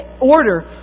order